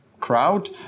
crowd